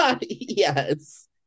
Yes